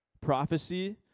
prophecy